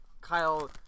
Kyle